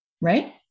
right